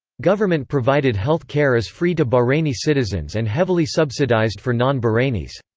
government-provided health care is free to bahraini citizens and heavily subsidised for non-bahrainis.